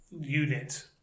unit